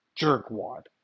jerkwad